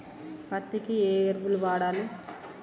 పత్తి కి ఏ ఎరువులు వాడాలి?